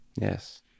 Yes